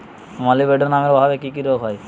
মলিবডোনামের অভাবে কি কি রোগ হয়?